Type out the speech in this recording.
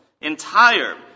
entire